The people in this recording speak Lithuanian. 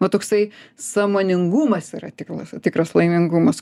va toksai sąmoningumas yra tiklas tikras laimingumas